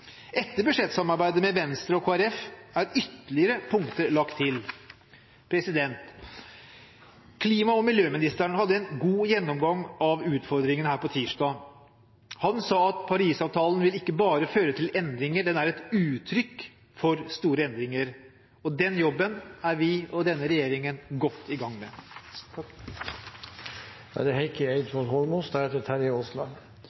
Etter budsjettsamarbeidet med Venstre og Kristelig Folkeparti er ytterligere punkter lagt til. Klima- og miljøministeren hadde en god gjennomgang av utfordringene her på tirsdag. Han sa at Paris-avtalen vil ikke bare føre til endringer, den er et uttrykk for store endringer. Og den jobben er vi og denne regjeringen godt i gang med. Representanten Heikki